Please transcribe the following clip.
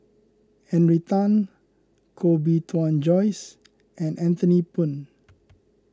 Henry Tan Koh Bee Tuan Joyce and Anthony Poon